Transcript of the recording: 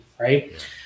right